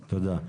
תודה.